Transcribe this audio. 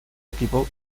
equipo